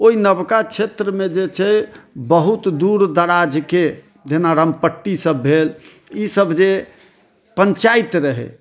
ओहि नबका क्षेत्रमे जे छै बहुत दूर दराजके जेना रामपट्टी सभ भेल ईसभ जे पन्चायत रहै